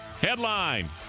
Headline